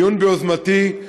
דיון ביוזמתי,